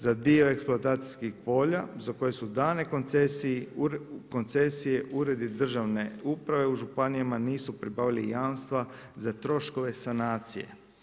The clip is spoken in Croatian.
Za dio eksploatacijskih polja za koje su dane koncesije, uredi državne uprave u županijama nisu pribavili jamstva za troškove sanacija.